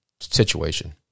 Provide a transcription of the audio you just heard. situation